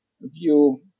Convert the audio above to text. view